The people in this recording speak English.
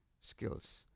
skills